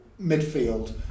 midfield